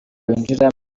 winjira